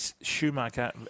Schumacher